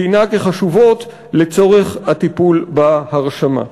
ציינה כחשובות לצורך הטיפול בהרשמה.